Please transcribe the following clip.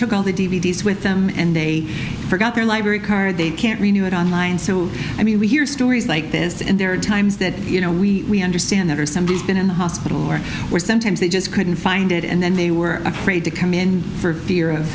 took all the d v d s with them and they forgot their library card they can't remove it on line so i mean we hear stories like this and there are times that you know we understand that or some he's been in the hospital or where sometimes they just couldn't find it and then they were afraid to come in for fear of